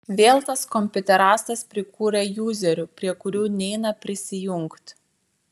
vėl tas kompiuterastas prikūrė juzerių prie kurių neina prisijungt